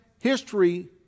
history